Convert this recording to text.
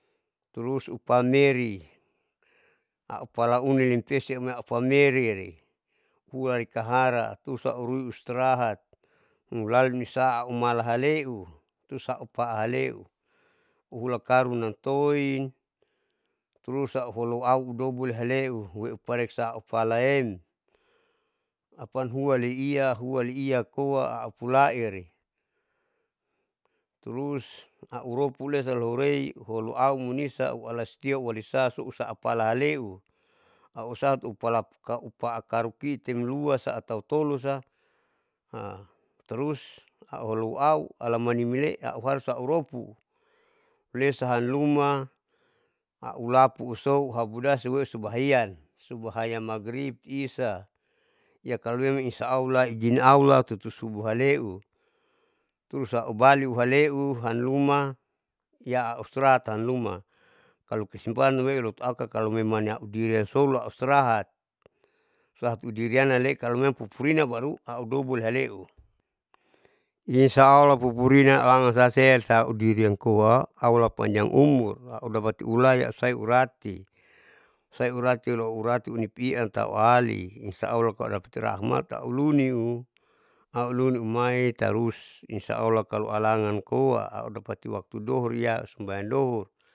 Turus upameri aupalaunin impese aupameriri hulalikahara tarus aurui istirahat lalunisaa malahaleu terus aupaaleu uhulakarunam toin terus auholo audopo lihaleu lipariksa aupalaem apan hualeia huale ia koa aupulaiiri, terus auropu lesalohoei huluau munisa uala tia ualisa suusa pala haleu ausat upala paakarupiten ianuma huasa atau tolusa, tarus aulo au alamanimile au harus auropu lesa hanluma aulapuso habuda ueu usubahian subahayan magrib isa ya kalomemang insyaallah ijin allah tutusubu haleu, terus aubale luhaleu hanluma iaustrahat aluma kalo kesempatan weulotuau kalomemang audiriamsolu ausrahat ustrahat diriam kalomemang pupurina baru audobol ihaleu insya allah pupurina amilasea diriam koa aupo panjang umur dapati urai ausa urai, saiurati lourati numa pian tahu ali insaya allah poaudapati rahmat aulunio auluni umai terus insya allah kalo auhalangan koa audapati waktu dohor ausumbayan dohor.